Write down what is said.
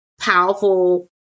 powerful